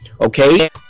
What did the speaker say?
Okay